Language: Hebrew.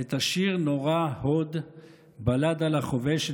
את השיר נורא ההוד "בלדה לחובש",